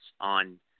on